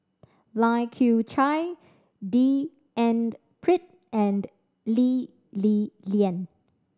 Lai Kew Chai D and Pritt and Lee Li Lian